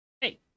Hey